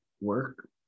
work